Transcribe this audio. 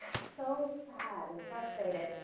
so sad and frustrated.